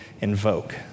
invoke